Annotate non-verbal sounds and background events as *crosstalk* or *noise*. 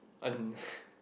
on *breath*